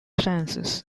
sciences